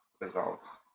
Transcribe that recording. results